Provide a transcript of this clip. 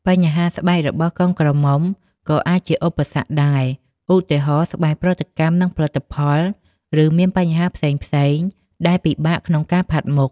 បញ្ហាស្បែករបស់កូនក្រមុំក៏អាចជាឧបសគ្គដែរ ឧទាហរណ៍ ស្បែកប្រតិកម្មនឹងផលិតផល ឬមានបញ្ហាផ្សេងៗដែលពិបាកក្នុងការផាត់មុខ។